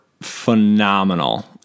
phenomenal